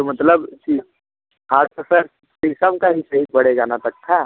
तो मतलब सी हाँ तो सर शीशम का हीं सही पड़ेगा ना तख़्ता